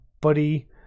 buddy